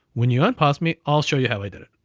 when you unpause me, i'll show you how i did it.